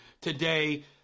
today